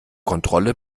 kontrolle